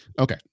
Okay